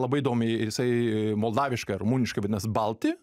labai įdomiai ir jisai moldaviškai ar rumuniškai vadinas balti